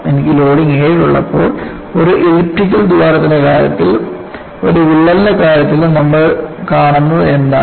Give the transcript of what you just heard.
എനിക്ക് ലോഡിംഗ് 7 ഉള്ളപ്പോൾ ഒരു എലിപ്റ്റിക്കൽ ദ്വാരത്തിന്റെ കാര്യത്തിലും ഒരു വിള്ളലിന്റെ കാര്യത്തിലും നമ്മൾ കാണുന്നത് എന്താണ്